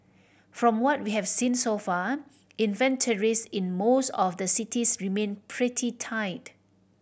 from what we have seen so far inventories in most of the cities remain pretty tight